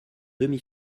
demi